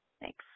Thanks